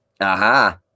Aha